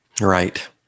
Right